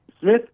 Smith